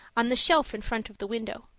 on the shelf in front of the window.